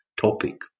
topic